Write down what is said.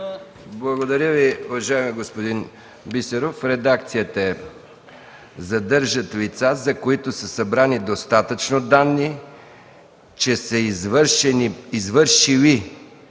Благодаря Ви, уважаеми господин Бисеров. Редакцията е: „задържат лица, за които са събрани достатъчно данни, че са извършили